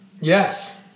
Yes